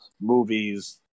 movies